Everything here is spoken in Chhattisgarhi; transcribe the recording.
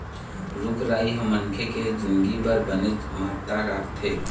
रूख राई ह मनखे के जिनगी बर बनेच महत्ता राखथे